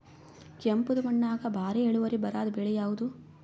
ಕೆಂಪುದ ಮಣ್ಣಾಗ ಭಾರಿ ಇಳುವರಿ ಬರಾದ ಬೆಳಿ ಯಾವುದು?